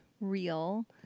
real